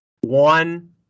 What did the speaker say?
One